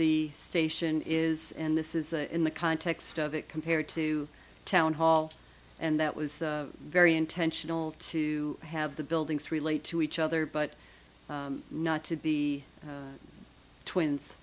the station is and this is in the context of it compared to town hall and that was very intentional to have the buildings relate to each other but not to the twins